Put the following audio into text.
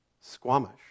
Squamish